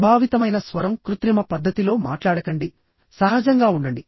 ప్రభావితమైన స్వరం కృత్రిమ పద్ధతిలో మాట్లాడకండి సహజంగా ఉండండి